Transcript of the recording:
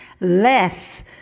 less